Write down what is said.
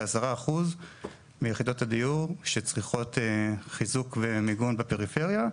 כ-10% מיחידות הדיור שצריכות חיזוק ומיגון בפריפריה,